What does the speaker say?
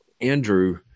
Andrew